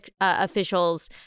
officials